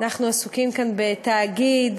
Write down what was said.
אנחנו עסוקים כאן בתאגיד,